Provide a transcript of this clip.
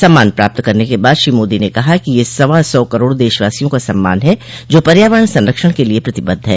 सम्मान प्राप्त करने क बाद श्री मोदी ने कहा कि यह सवा सौ करोड़ देशवासियों का सम्मान है जो पर्यावरण संरक्षण के लिए प्रतिबद्ध है